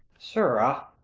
sirrah